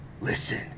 Listen